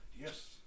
Yes